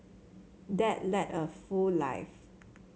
dad led a full life